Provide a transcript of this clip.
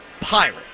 pirate